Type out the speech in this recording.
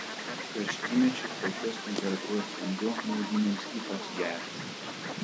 karštymečiu tokios temperatūros vanduo maudynėms ypač geras